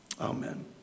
Amen